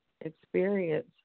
experience